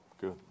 Good